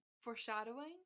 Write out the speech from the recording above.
Foreshadowing